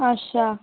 अच्छा